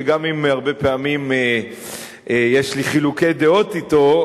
שגם אם הרבה פעמים יש לי חילוקי דעות אתו,